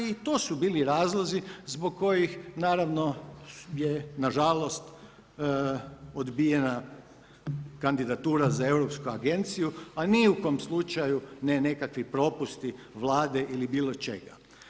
I to su bili razlozi zbog kojih naravno je nažalost odbijena kandidatura za europsku agenciju a ni u kojem slučaju ne neki propusti Vlade ili bilo čega.